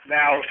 now